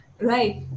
right